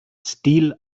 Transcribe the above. stil